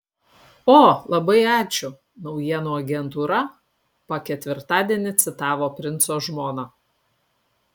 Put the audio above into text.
o labai ačiū naujienų agentūra pa ketvirtadienį citavo princo žmoną